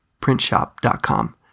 PrintShop.com